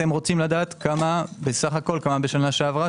אתם רוצים לדעת כמה בסך הכול בשנה שעברה?